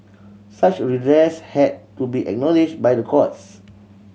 such redress had to be acknowledged by the courts